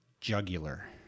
jugular